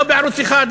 לא בערוץ 1,